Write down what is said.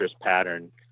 pattern